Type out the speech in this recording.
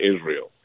Israel